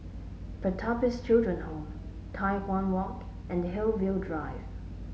Pertapis Children Home Tai Hwan Walk and Hillview Drive